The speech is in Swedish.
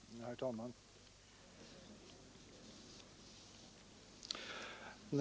Herr talman!